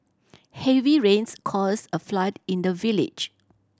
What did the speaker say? heavy rains caused a flood in the village